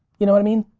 you know what i mean?